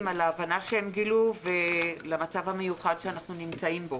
על ההבנה שהם גילו למצב המיוחד שאנחנו נמצאים בו.